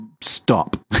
stop